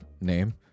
name